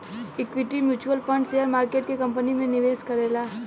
equity mutual fund share market के company में निवेश करेला